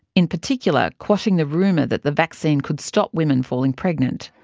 in particular quashing the rumour that the vaccine could stop women falling pregnant.